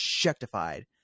objectified